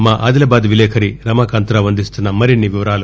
మా ఆదిలాబాద్ విలేకరి రమాకాంత్రావు అందిస్తున్న మరిన్ని వివరాలు